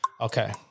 Okay